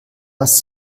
dass